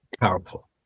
powerful